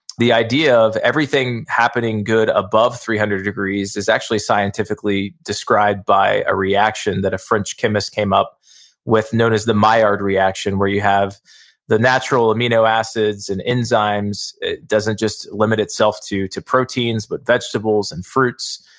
the idea of everything happening good above three hundred degrees is actually scientifically described by a reaction that a french chemist came up with known as the maillard reaction where you have the natural amino acids and enzymes, it doesn't just limit itself to to proteins, but vegetables and fruits,